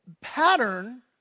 pattern